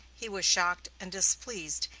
he was shocked and displeased,